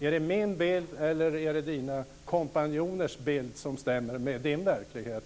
Är det min bild eller Ingegerd Saarinens kompanjoners bild som stämmer med Saarinens verklighet?